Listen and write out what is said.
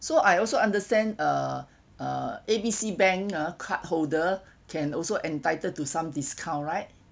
so I also understand uh uh A B C bank card holder can also entitled to some discount right